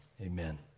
amen